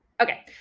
Okay